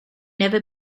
never